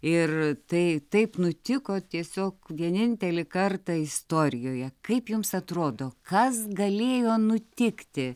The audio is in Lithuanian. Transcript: ir tai taip nutiko tiesiog vienintelį kartą istorijoje kaip jums atrodo kas galėjo nutikti